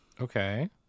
Okay